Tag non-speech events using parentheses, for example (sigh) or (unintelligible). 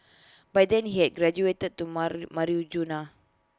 by then he had graduated to (unintelligible) marijuana